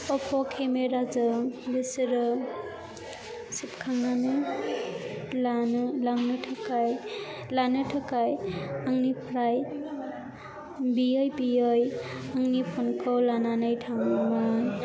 अप्प' केमेराजों बिसोरो सेबखांनानै लानो थाखाय आंनिफ्राय बियै बियै आंनि फ'नखौ लानानै थाङोमोन